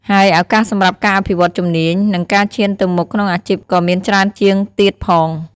ហើយឱកាសសម្រាប់ការអភិវឌ្ឍន៍ជំនាញ និងការឈានទៅមុខក្នុងអាជីពក៏មានច្រើនជាងទៀតផង។